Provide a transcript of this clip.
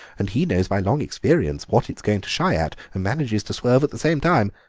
and he knows by long experience what it is going to shy at, and manages to swerve at the same time.